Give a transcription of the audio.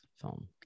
film